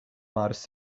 modest